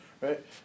Right